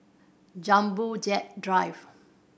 Jumbo Jet Drive